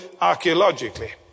archaeologically